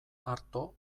arto